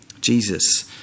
Jesus